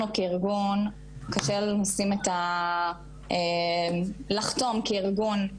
לנו כארגון קשה לנו לחתום כארגון,